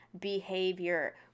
behavior